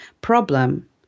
problem